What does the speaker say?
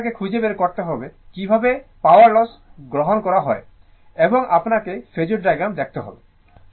তাহলে আপনাকে খুঁজে বের করতে হবে কিভাবে পাওয়ার লোস গণনা করতে হয় এবং আপনাকে ফেজোর ডায়াগ্রাম দেখাতে হবে